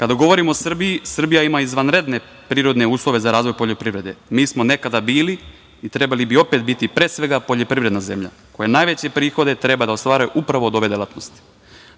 govorimo o Srbiji, Srbija ima izvanredne prirodne uslove za razvoj poljoprivrede. Mi smo nekada bili i trebali bi opet biti pre svega poljoprivredna zemlja, koja najveće prihode treba da ostvaruje upravo od ove delatnosti,